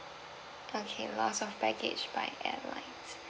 okay loss of baggage by airlines